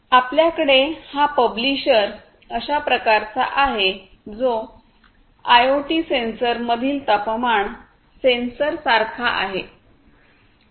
आपल्याकडे हा पब्लिशर अशा प्रकारचा आहे जो आयओटी सेन्सर मधील तापमान सेन्सरसारखा आहे